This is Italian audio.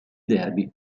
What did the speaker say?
derby